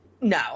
no